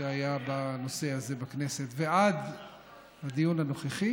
שהיה בנושא הזה בכנסת ועד הדיון הנוכחי